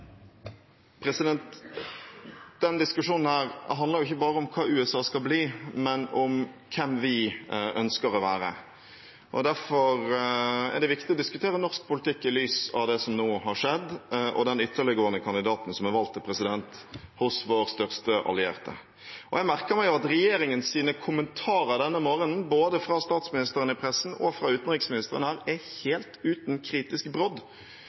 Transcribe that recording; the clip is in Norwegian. ikke bare om hva USA skal bli, men om hvem vi ønsker å være. Derfor er det viktig å diskutere norsk politikk i lys av det som nå har skjedd, og den ytterliggående kandidaten som er valgt til president hos vår største allierte. Jeg merker meg at regjeringens kommentarer denne morgenen, både fra statsministeren i pressen og fra utenriksministeren, er helt uten kritisk brodd.